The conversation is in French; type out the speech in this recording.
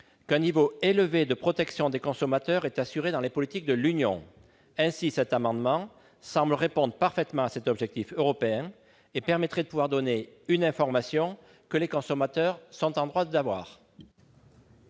qu'un niveau élevé de protection des consommateurs est assuré dans les politiques de l'Union. Ainsi, cet amendement semble répondre parfaitement à cet objectif européen et permettrait d'apporter aux consommateurs une information qu'ils sont en droit d'avoir.